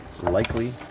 likely